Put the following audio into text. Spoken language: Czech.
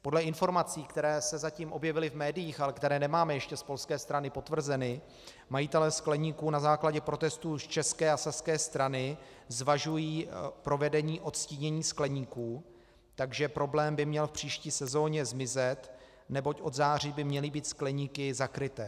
Podle informací, které se zatím objevily v médiích, ale které nemáme ještě z polské strany potvrzeny, majitelé skleníků na základě protestů z české a saské strany zvažují provedení odstínění skleníků, takže problém by měl v příští sezóně zmizet, neboť od září by měly být skleníky zakryté.